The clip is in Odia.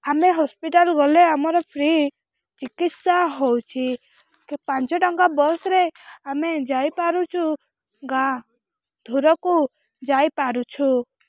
ଆମେ ହସ୍ପିଟାଲ ଗଲେ ଆମର ଫ୍ରି ଚିକିତ୍ସା ହଉଛି ପାଞ୍ଚଟଙ୍କା ବସରେ ଆମେ ଯାଇପାରୁଛୁ ଗାଁ ଧୂରକୁ ଯାଇପାରୁଛୁ